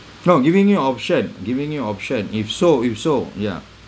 no giving you option giving you option if sold if sold ya